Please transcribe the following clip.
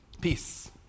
Peace